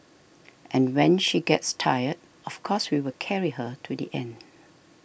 and when she gets tired of course we will carry her to the end